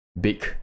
big